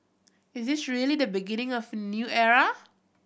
is this really the beginning of a new era